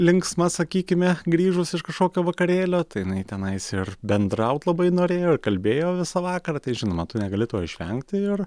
linksma sakykime grįžus iš kažkokio vakarėlio tai jinai tenais ir bendraut labai norėjo ir kalbėjo visą vakarą tai žinoma tu negali to išvengti ir